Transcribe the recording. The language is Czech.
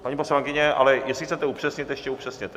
Paní poslankyně, ale jestli chcete upřesnit, ještě upřesněte.